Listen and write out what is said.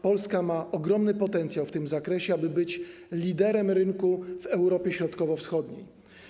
Polska ma ogromny potencjał w tym zakresie, aby być liderem rynku w Europie Środkowo-Wschodniej.